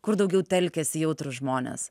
kur daugiau telkiasi jautrūs žmonės